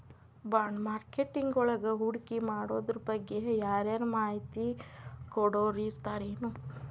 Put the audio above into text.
ಬಾಂಡ್ಮಾರ್ಕೆಟಿಂಗ್ವಳಗ ಹೂಡ್ಕಿಮಾಡೊದ್ರಬಗ್ಗೆ ಯಾರರ ಮಾಹಿತಿ ಕೊಡೊರಿರ್ತಾರೆನು?